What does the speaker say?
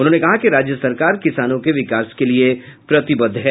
उन्होंने कहा कि राज्य सरकार किसानों के विकास के लिए प्रतिबद्ध है